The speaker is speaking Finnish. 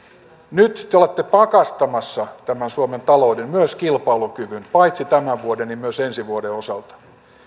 nyt te te olette pakastamassa tämän suomen talouden myös kilpailukyvyn paitsi tämän vuoden myös ensi vuoden osalta